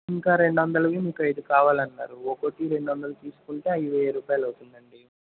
ఇంకా రెండు వందలవి మీకు ఐదు కావాలన్నారు ఒక్కోటి రెండు వందలు తీసుకుంటే అవి వెయ్యి రూపాయలు అవుతుందండీ